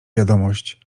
wiadomość